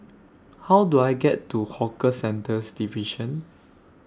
How Do I get to Hawker Centres Division